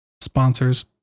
sponsors